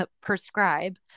prescribe